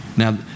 Now